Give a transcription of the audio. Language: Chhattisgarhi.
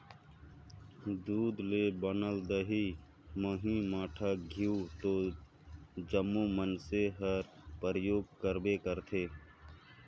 दूद ले बनल दही, मही, मठा, घींव तो जम्मो मइनसे हर परियोग करबे करथे